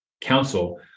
council